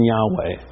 Yahweh